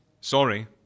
Sorry